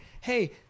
Hey